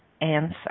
answer